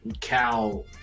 cow